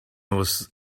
was